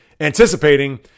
anticipating